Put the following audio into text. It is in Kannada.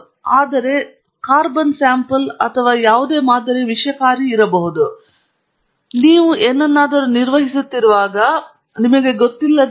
ಆದ್ದರಿಂದ ಅದು ಯಾವುದಾದರೂ ನಿಮಗೆ ತಿಳಿದಿದೆಯೇ ಕಾರ್ಬನ್ ಸ್ಯಾಂಪಲ್ ಅಥವಾ ನೀವು ಬಳಸುತ್ತಿರುವ ಯಾವುದೇ ಮಾದರಿಯು ವಿಷಕಾರಿ ಎಂದು ಕರೆಯುವ ವಿಷಯ ಏನು ಎಂದು ನಿಮಗೆ ತಿಳಿದಿಲ್ಲ